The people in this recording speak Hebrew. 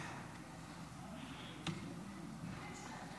כי אני באמת לא מבינה